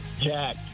Jack